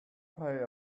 pay